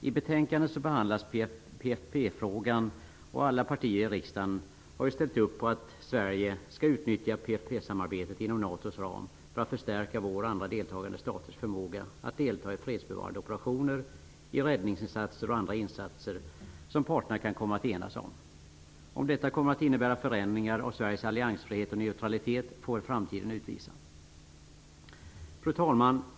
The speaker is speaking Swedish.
I betänkandet behandlas PFF-frågan, och alla partier i riksdagen har ställt upp på att Sverige skall utnyttja PFF-samarbetet inom NATO:s ram för att förstärka vår och andra staters förmåga att delta i fredsbevarande operationer i räddningsinsatser och andra insatser som parterna kan komma att enas om. Om detta kommer att innebära förändringar av Sveriges alliansfrihet och neutralitet får framtiden utvisa. Fru talman!